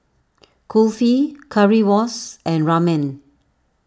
Kulfi Currywurst and Ramen